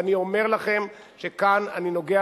ואני אומר לכם שכאן אני נוגע,